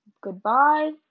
Goodbye